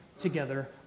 together